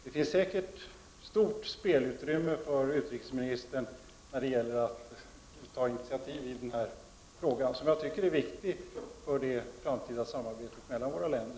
Det finns säkert stort spelutrymme för utrikesministern när det gäl ler att ta initiativ i den här frågan, som jag tycker är viktig för det framtida samarbetet mellan våra länder.